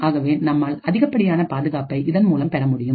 ஆகவே நம்மால் அதிகப்படியான பாதுகாப்பை இதன் மூலம் பெற முடியும்